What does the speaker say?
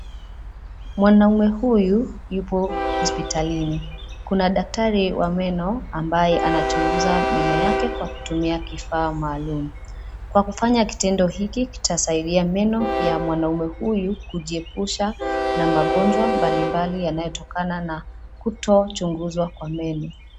Mwanaume huyu, yupo hospitalini. Kuna daktari wa meno ambaye anachunguza meno yake kwa kutumia kifaa maalum. Kwa kufanya kitendo hiki kitasaidia meno ya mwanaume huyu kujiepusha na magonjwa mbalimbali yanayotokana na kutochungunzwa kwa meno.